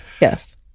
yes